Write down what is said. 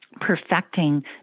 perfecting